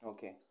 Okay